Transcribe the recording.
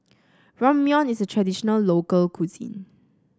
Ramyeon is a traditional local cuisine